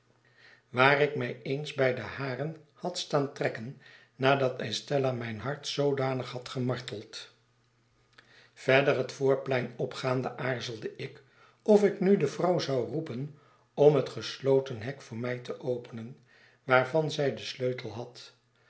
waar ik mij eens bij de haren had staan trekken nadat estella mijn hart zoodanig had gemarteld verder het voorplein opgaande aarzelde ik of ik nu de vrouw zou roepen om het gesloten hek voor mij te openen waarvan zij den sleutel had